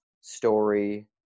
story